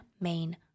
main